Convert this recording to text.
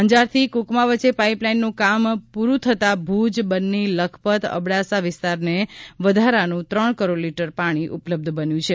અંજારથી કુકમા વચ્ચે પાઇપલાઇનનું કામ પુરૂ થતાં ભૂજ બન્ની લખપત અબડાસા વિસ્તારને વધારાનું ત્રણ કરોડ લીટર પાણી ઉપલબ્ધ બન્યું છે